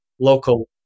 local